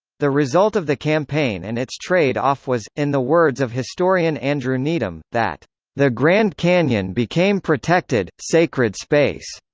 the result of the campaign and its trade-off was, in the words of historian andrew needham, that the grand canyon became protected, sacred space,